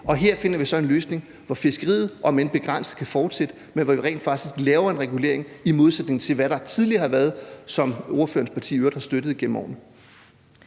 Her finder vi så en løsning, hvor fiskeriet, om end begrænset, kan fortsætte, men hvor vi rent faktisk laver en regulering, i modsætning til hvad der tidligere har været, som ordførerens parti i øvrigt har støttet igennem årene.